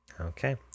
Okay